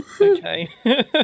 Okay